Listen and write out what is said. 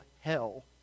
hell